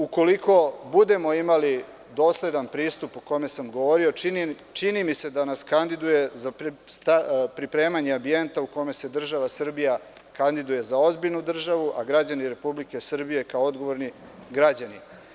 Ukoliko budemo imali dosledan pristup, o kome sam govorio, čini mi se da nas kandiduje za pripremanje ambijenta u kome se država Srbija kandiduje za ozbiljnu državu, a građani Republike Srbije kao odgovorni građani.